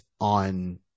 on